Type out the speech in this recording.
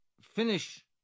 finish